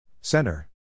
Center